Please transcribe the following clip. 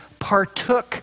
partook